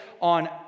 On